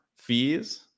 fees